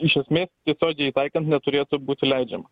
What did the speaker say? iš esmė tiesiogiai taikant neturėtų būti leidžiama